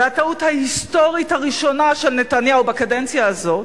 הטעות ההיסטורית הראשונה של נתניהו בקדנציה הזאת